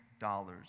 dollars